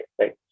right